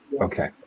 okay